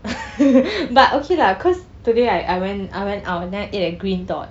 but okay lah cause today I I went I went out and then I ate at green dot